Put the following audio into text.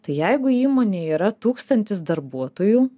tai jeigu įmonėj yra tūkstantis darbuotojų